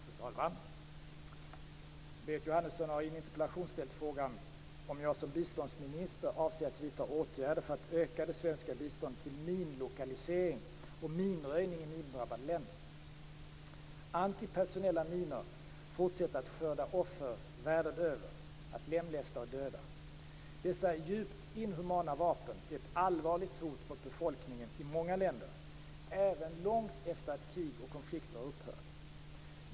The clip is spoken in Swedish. Fru talman! Berit Jóhannesson har i en interpellation ställt frågan om jag som biståndsminister avser att vidta åtgärder för att öka det svenska biståndet till minlokalisering och minröjning i mindrabbade länder. Antipersonella minor fortsätter att skörda offer världen över - att lemlästa och döda. Dessa djupt inhumana vapen är ett allvarligt hot mot befolkningen i många länder, även långt efter att krig och konflikter har upphört.